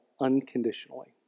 unconditionally